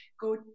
go